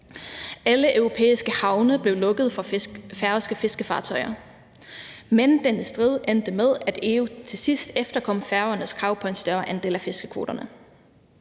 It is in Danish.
Alle europæiske havne blev lukket for færøske fiskefartøjer. Men den strid endte med, at EU til sidst efterkom Færøernes krav om en større andel af fiskekvoterne.